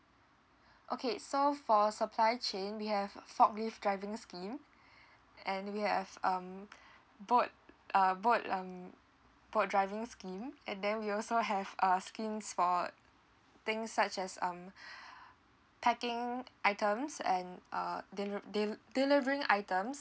okay so for supply chain we have a forklift driving scheme and we have um boat uh boat um boat driving scheme and then we also have uh schemes for things such as um packing items and uh deli~ de~ delivering items